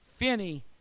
Finney